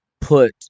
put